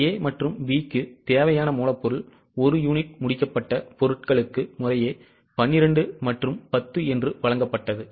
இப்போது A மற்றும் B க்கு தேவையான மூலப்பொருள் 1 யூனிட் முடிக்கப்பட்ட பொருட்களுக்கு முறையே 12 மற்றும் 10 என்று வழங்கப்பட்டது